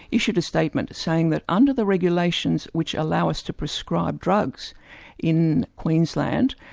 issued a statement saying that under the regulations which allow us to prescribe drugs in queensland,